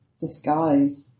disguise